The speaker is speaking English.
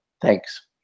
Thanks